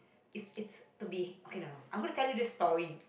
it's it's to be okay no no I want to tell you this story